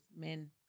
men